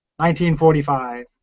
1945